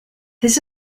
this